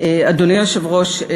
אדוני היושב-ראש,